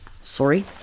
Sorry